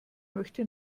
möchte